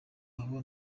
aha